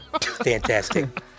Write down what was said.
Fantastic